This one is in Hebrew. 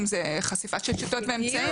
אם זה חשיפה של שיטות ואמצעים.